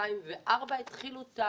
--- כהן-פארן, את מתבקשת כמה שפחות להחמיא לי.